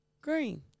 Green